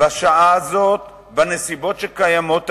בשעה הזאת, בנסיבות שקיימות היום,